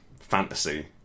fantasy